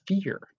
fear